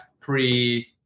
pre